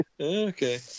Okay